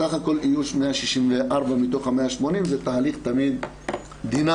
סה"כ איוש 164 מתוך ה-180 זה תהליך תמיד דינמי,